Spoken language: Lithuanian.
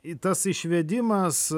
tas išvedimas